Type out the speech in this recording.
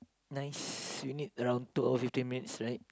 nice we need around two hour fifteen minutes right